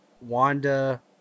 Wanda